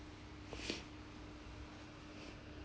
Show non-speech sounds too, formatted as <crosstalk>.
<noise>